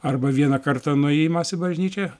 arba vieną kartą nuėjimas į bažnyčią